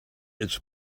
its